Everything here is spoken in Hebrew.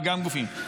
וגם גופים,